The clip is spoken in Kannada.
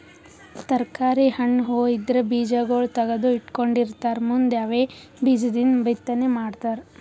ತರ್ಕಾರಿ, ಹಣ್ಣ್, ಹೂವಾ ಇದ್ರ್ ಬೀಜಾಗೋಳ್ ತಗದು ಇಟ್ಕೊಂಡಿರತಾರ್ ಮುಂದ್ ಅವೇ ಬೀಜದಿಂದ್ ಬಿತ್ತನೆ ಮಾಡ್ತರ್